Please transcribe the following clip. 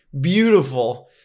Beautiful